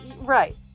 Right